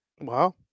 Wow